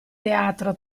teatro